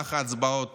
במהלך ההצבעות